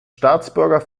staatsbürger